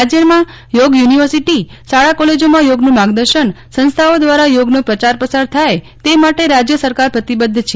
રાજયમાં યોગ યુનિવર્સિટી શાળા કોલેજોમાં યોગનું માર્ગદર્શન સંસ્થાઓ દ્વારા યોગનો પ્રસાર પ્રચાર થાય તે માટે રાજય સરકાર પ્રતિબદ્ધ છે